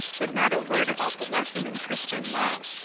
but not a word about the lesson in christian love.